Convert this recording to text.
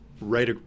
right